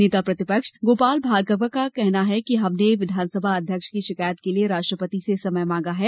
नेता प्रतिपक्ष गोपाल भार्गव का कहना है कि हमने विधानसभा अध्यक्ष की शिकायत के लिये राष्ट्रपति से समय मांगा है